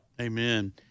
Amen